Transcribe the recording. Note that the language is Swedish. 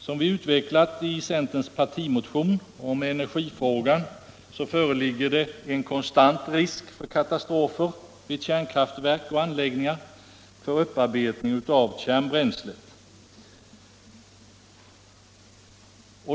Som vi utvecklat i centerns partimotion om energifrågan föreligger en konstant risk för katastrofer vid kärnkraftverk och anläggningar för upparbetning av kärnbränsle.